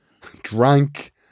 drank